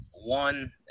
One